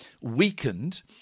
weakened